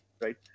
right